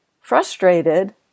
frustrated